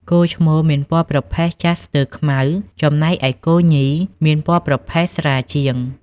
គោឈ្មោលមានពណ៌ប្រផេះចាស់ស្ទើរខ្មៅ ចំណែកឯគោញីមានពណ៌ប្រផេះស្រាលជាង។